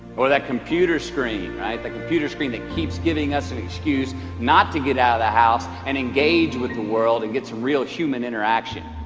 or that computer screen right? the computer screen that keeps giving us an excuse not to get out of the house and engage with the world and get some real human interaction